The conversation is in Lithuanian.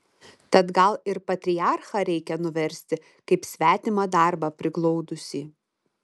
tad gal ir patriarchą reikia nuversti kaip svetimą darbą priglaudusį